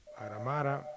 Aramara